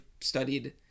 studied